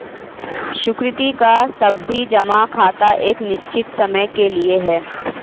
सुकृति का सावधि जमा खाता एक निश्चित समय के लिए है